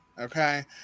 okay